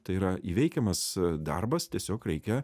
tai yra įveikiamas darbas tiesiog reikia